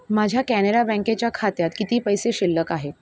माझ्या कॅनेरा बँकेच्या खात्यात किती पैसे शिल्लक आहेत